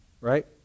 Right